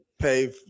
pay